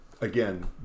again